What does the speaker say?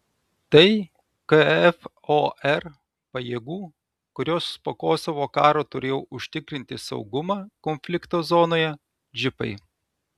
tai kfor pajėgų kurios po kosovo karo turėjo užtikrinti saugumą konflikto zonoje džipai